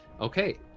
Okay